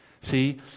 See